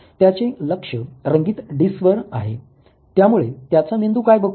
त्याचे लक्ष्य रंगीत डिस्कवर आहे त्यामुळे त्याचा मेंदू काय बघतो